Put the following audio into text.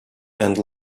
and